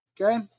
Okay